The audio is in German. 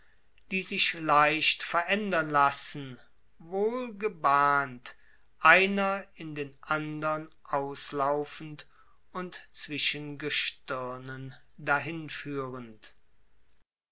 die sich leicht verändern lassen wohl gebahnt einer in den andern auslaufend und zwischen